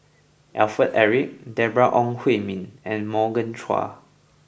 Alfred Eric Deborah Ong Hui Min and Morgan Chua